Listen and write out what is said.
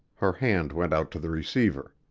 her hand went out to the receiver.